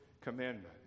commandment